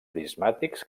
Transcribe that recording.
prismàtics